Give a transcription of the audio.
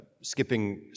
skipping